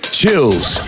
chills